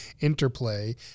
interplay